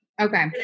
Okay